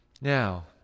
Now